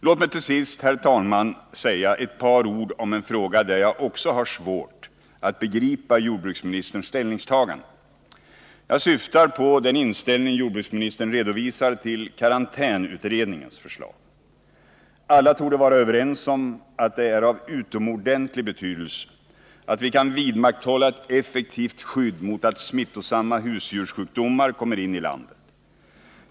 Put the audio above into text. Låt mig till sist, fru talman, säga ett par ord om en fråga, där jag också har svårt att begripa jordbruksministerns ställningstagande. Jag syftar på den inställning till karantänsutredningens förslag som jordbruksministern redovisar. Alla torde vara överens om att det är av utomordentlig betydelse att vi kan vidmakthålla ett effektivt skydd mot att smittsamma husdjurssjukdomar kommer in i landet.